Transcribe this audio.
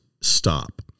stop